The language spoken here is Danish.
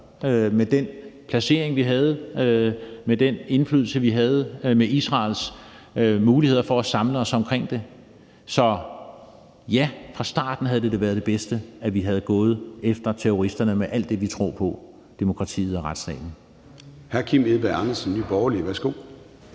med den placering, vi havde, med den indflydelse, vi havde, og med Israels muligheder for at samle os omkring det. Så ja, fra starten havde det været det bedste, at vi var gået efter terroristerne med alt det, vi tror på: demokratiet og retsstaten. Kl. 11:15 Formanden (Søren Gade): Hr.